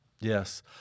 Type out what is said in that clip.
Yes